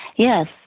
Yes